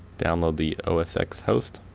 download the osx host.